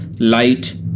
Light